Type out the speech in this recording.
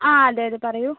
ആ അതെയതെ പറയൂ